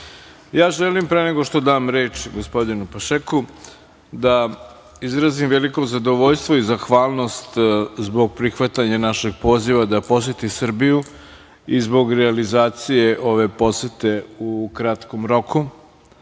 sednici. Želim pre nego što dam reč gospodinu Pašeku da izrazim veliko zadovoljstvo i zahvalnost zbog prihvatanja našeg poziva da poseti Srbiju i zbog realizacije ove posete u kratkom roku. Mi